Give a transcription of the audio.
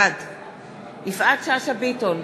בעד יפעת שאשא ביטון,